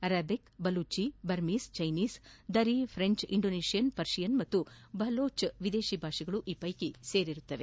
Arabic Balochi Burmese Chinese Dari French Indonesian Persian ಮತ್ತು ಬಾಲೋಚ್ ವಿದೇಶಿ ಭಾಷೆಗಳು ಈ ಪೈಕಿ ಸೇರಿವೆ